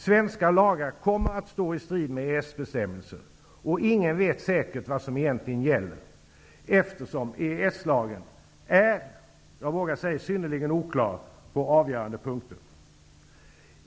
Svenska lagar kommer att stå i strid med EES-bestämmelser, och ingen vet säkert vad som egentligen gäller, eftersom EES-lagen är, vågar jag säga, synnerligen oklar på avgörande punkter.